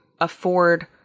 afford